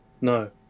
No